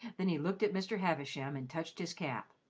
then he looked at mr. havisham, and touched his cap.